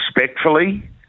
respectfully